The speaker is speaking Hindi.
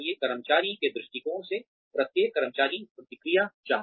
कर्मचारी के दृष्टिकोण से प्रत्येक कर्मचारी प्रतिक्रिया चाहता है